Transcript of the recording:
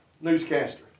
newscaster